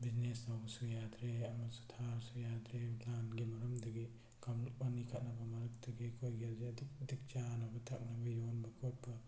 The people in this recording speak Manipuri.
ꯕꯣꯖꯤꯅꯦꯁ ꯇꯧꯕꯁꯨ ꯌꯥꯗ꯭ꯔꯦ ꯑꯃꯁꯨ ꯊꯥꯔꯁꯨ ꯌꯥꯗ꯭ꯔꯦ ꯂꯥꯟꯒꯤ ꯃꯔꯝꯗꯒꯤ ꯀꯥꯡꯂꯨꯞ ꯑꯅꯤ ꯈꯠꯅꯕ ꯃꯔꯛꯇꯒꯤ ꯑꯩꯈꯣꯏꯗꯤ ꯍꯧꯖꯤꯛ ꯑꯗꯨꯛꯀꯤ ꯃꯇꯤꯛ ꯆꯥꯅꯕ ꯊꯛꯅꯕ ꯌꯣꯟꯕ ꯈꯣꯠꯄ